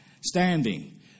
standing